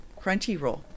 Crunchyroll